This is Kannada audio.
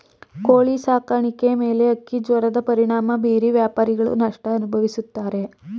ಕೋಳಿ ಸಾಕಾಣಿಕೆ ಮೇಲೆ ಹಕ್ಕಿಜ್ವರದ ಪರಿಣಾಮ ಬೀರಿ ವ್ಯಾಪಾರಿಗಳು ನಷ್ಟ ಅನುಭವಿಸುತ್ತಾರೆ